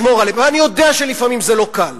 אני יודע שלפעמים זה לא קל,